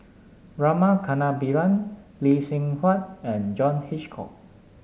Rama Kannabiran Lee Seng Huat and John Hitchcock